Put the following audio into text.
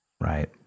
Right